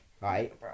right